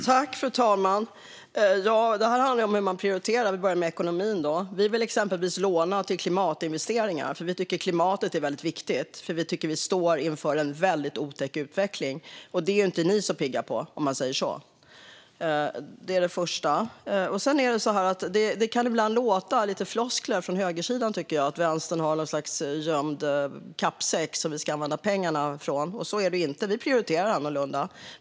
Fru talman! Det här handlar ju om hur man prioriterar. Vi börjar med ekonomin. Vi vill exempelvis låna till klimatinvesteringar eftersom vi tycker att klimatet är viktigt och tycker att vi står inför en otäck utveckling. Det är inte ni så pigga på, om man säger så. Det är det första. Sedan kan det ibland komma lite floskler från högersidan om att vänstern har någon sorts gömd kappsäck som vi ska använda pengarna från. Så är det inte. Vi prioriterar annorlunda.